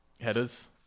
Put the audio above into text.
headers